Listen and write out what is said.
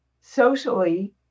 socially